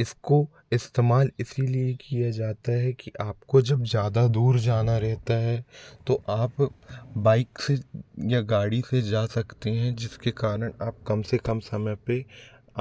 इसको इस्तेमाल इसीलिए किया जाता है कि आपको जब ज़्यादा दूर जाना रहता है तो आप बाइक से या गाड़ी से जा सकते हैं जिसके कारण आप कम से कम समय पे